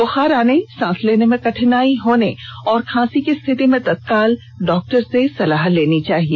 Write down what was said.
बुखार आने सांस लेने में कठिनाई होने और खांसी की स्थिति में तत्काल डॉक्टर से सलाह लेनी चाहिए